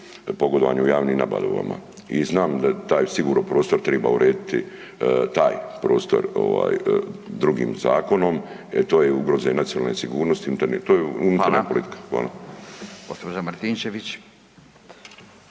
pogodovanju javnim nabavama. I znam da taj sigurno prostor triba urediti, taj prostor ovaj drugim zakonom jel to je ugroza i nacionalne sigurnosti i unutarnje